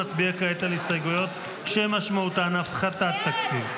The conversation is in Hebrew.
נצביע כעת על הסתייגויות שמשמעותן הפחתת תקציב.